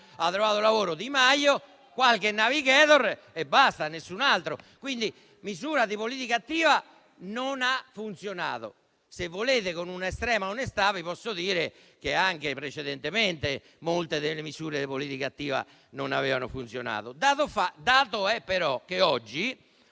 ha trovato lavoro Di Maio *(Commenti)*, qualche *navigator* e basta, nessun altro. Quindi come misura di politica attiva non ha funzionato. Se volete, con estrema onestà vi posso dire che anche precedentemente molte delle misure di politica attiva non avevano funzionato. È però un dato